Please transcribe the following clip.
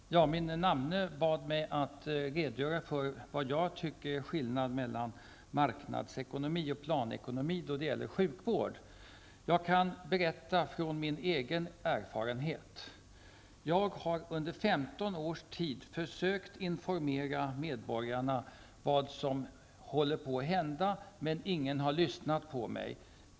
Herr talman! Min namne bad mig att redogöra för min uppfattning om vad som är skillnaden mellan marknadsekonomi och planekonomi när det gäller sjukvård. Jag tänker använda mig av min egen erfarenhet. Jag har under 15 års tid försökt informera medborgarna om vad som håller på att hända, men det är ingen som har lyssnat på mig.